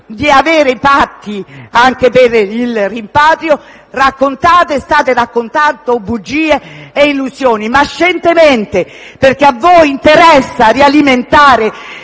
di avere i patti per il rimpatrio. State raccontando bugie e illusioni, ma scientemente, perché a voi interessa alimentare